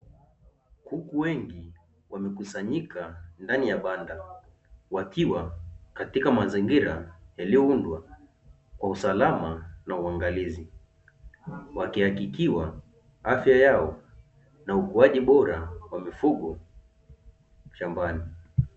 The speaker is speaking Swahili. Kuku wengi wamekusanyika ndani ya banda wakiwa katika mazingira yaliyoundwa kwa usalama na uangalizi, wakihakikiwa afya yao na ukuaji bora kwa mifugo shambani.